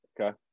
Okay